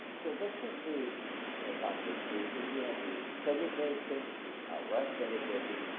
so this is the advantage we india, we celebrate things which are worth celebrating,